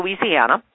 Louisiana